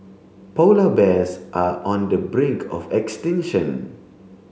polar bears are on the brink of extinction